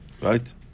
right